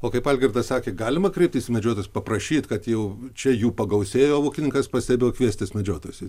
o kaip algirdas sakė galima kreiptis į medžiotojus paprašyt kad jau čia jų pagausėjo ūkininkas pastebėjo kviestis medžiotojus